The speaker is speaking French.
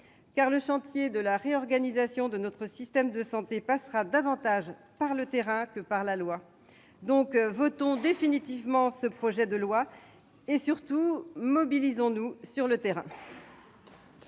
Le chantier de la réorganisation de notre système de santé passera davantage par le terrain que par la loi. Votons donc définitivement ce projet de loi et mobilisons-nous sur le terrain